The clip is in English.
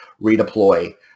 redeploy